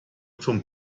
zum